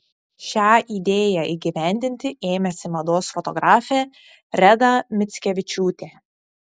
šią idėją įgyvendinti ėmėsi mados fotografė reda mickevičiūtė